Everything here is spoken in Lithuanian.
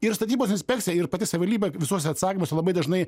ir statybos inspekcija ir pati savivaldybė visuose atsakymuose labai dažnai